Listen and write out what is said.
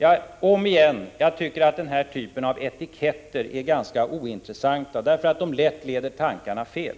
Ja, om igen, jag tycker att den här typen av etiketter är ganska ointressanta, eftersom sådana etiketter lätt leder tankarna fel.